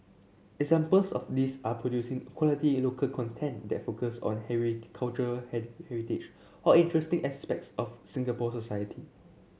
examples of these are producing quality local content that focus on cultural heritage or interesting aspects of Singapore society